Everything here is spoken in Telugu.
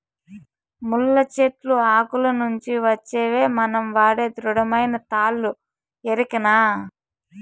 ముళ్ళ చెట్లు ఆకుల నుంచి వచ్చేవే మనం వాడే దృఢమైన తాళ్ళు ఎరికనా